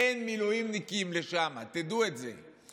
אין מילואימניקים לשם, תדעו את זה.